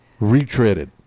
retreaded